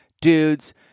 dudes